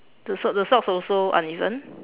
the socks the socks also uneven